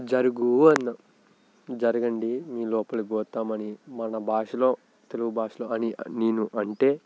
జరుగు అన్నా జరగండి మేము లోపలికి పోతాం అని మన భాషలో తెలుగు భాషలో అని నేను అంటే